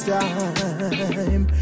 time